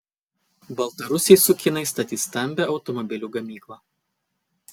baltarusiai su kinais statys stambią automobilių gamyklą